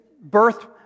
birth